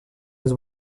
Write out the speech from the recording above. els